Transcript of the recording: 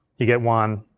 you get one.